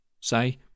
say